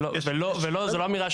ולא,